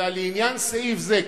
אלא לעניין סעיף זה.